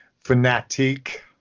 fanatic